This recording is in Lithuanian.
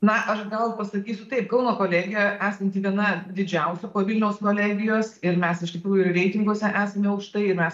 na aš gal pasakysiu taip kauno kolegija esanti viena didžiausių po vilniaus kolegijos ir mes iš tikrųjų reitinguose esame aukštai ir mes